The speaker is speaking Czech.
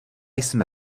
jsme